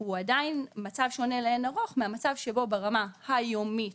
הוא עדיין מצב שונה לאין ערוך מהמצב שבו ברמה היומית